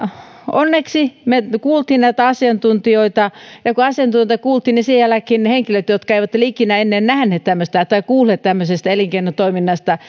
onneksi me kuulimme näitä asiantuntijoita ja kun asiantuntijoita kuultiin niin sen jälkeen ne henkilöt jotka eivät ole ikinä ennen kuulleet tämmöisestä elinkeinotoiminnasta